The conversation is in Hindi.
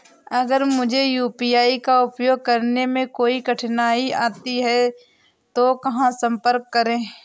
अगर मुझे यू.पी.आई का उपयोग करने में कोई कठिनाई आती है तो कहां संपर्क करें?